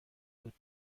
بود